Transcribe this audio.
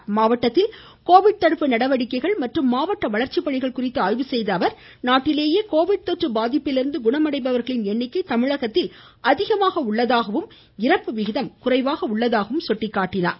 கடலூர் மாவட்டத்தில் கோவிட் தடுப்பு நடவடிக்கைகள் மற்றும் மாவட்ட வளர்ச்சிப்பணிகள் குறித்து ஆய்வு செய்த அவர் நாட்டிலேயே கோவிட் தொற்று பாதிப்பிலிருந்து குணமடைந்தவர்களின் எண்ணிக்கை தமிழகத்தில் அதிகமாக உள்ளதாகவும் இறப்பு விகிதம் குறைவாக உள்ளதாகவும் கூறினார்